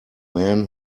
men